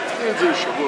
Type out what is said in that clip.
תדחי את זה לשבוע